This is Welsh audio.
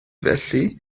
felly